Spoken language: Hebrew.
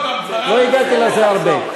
לא הגעתי לזה הרבה.